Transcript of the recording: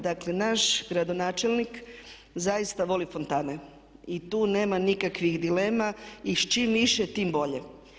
Dakle, naš gradonačelnik zaista voli fontane i tu nema nikakvih dilema i s čim više tim bolje.